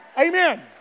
Amen